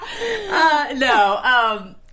No